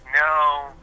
No